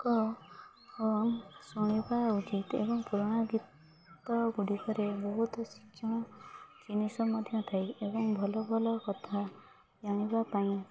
କ ହ ଶୁଣିବା ଆଉ ଯେତେ ଏବଂ ପୁରୁଣା ଗୀତ ଗୁଡ଼ିକରେ ବହୁତ ଶିକ୍ଷଣ ଜିନିଷ ମଧ୍ୟ ଥାଏ ଏବଂ ଭଲ ଭଲ କଥା ଜାଣିବା ପାଇଁ